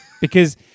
Because-